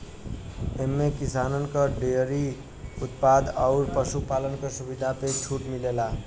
एम्मे किसानन के डेअरी उत्पाद अउर पशु पालन के सुविधा पे छूट मिलेला